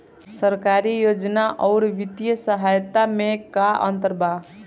सरकारी योजना आउर वित्तीय सहायता के में का अंतर बा?